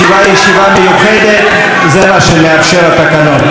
מה קרה לקריאות, ראשונה, שנייה, שלישית?